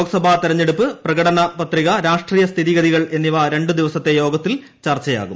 ലോക്സഭാ തെരഞ്ഞെടുപ്പ് പ്രകടന പത്രിക രാഷ്ട്രീയ സ്ഥിതികൾ എന്നിവ രണ്ട് ദിവസത്തെ യോഗത്തിൽ ചർച്ചയാകും